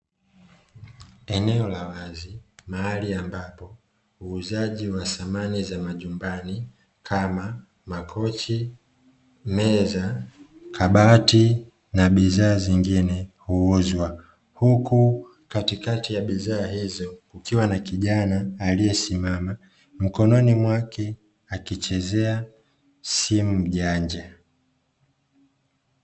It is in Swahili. Eneo la wazi mahali ambapo uuzaji wa samani za majumbani kama: makochi, meza, kabati na bidhaa zingine huuzwa, huku katikati ya bidhaa hizo kukiwa na kijana aliyesimama, mkononi mwake akichezea simu janja.